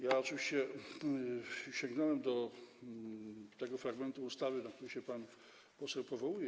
Ja oczywiście sięgnąłem do tego fragmentu ustawy, na który się pan poseł powołuje.